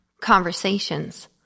conversations